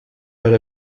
per